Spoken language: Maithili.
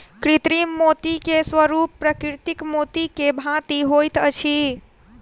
कृत्रिम मोती के स्वरूप प्राकृतिक मोती के भांति होइत अछि